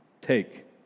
Take